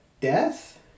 death